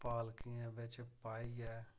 पालकियें बिच्च पाइयै